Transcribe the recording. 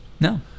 No